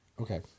Okay